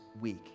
week